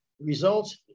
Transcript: Results